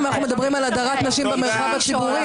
לעומת זאת,